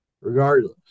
regardless